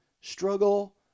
struggle